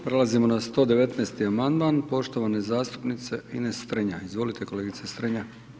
Prelazimo na 119. amandman poštovane zastupnice Ines Strenja, izvolite kolegice Strenja.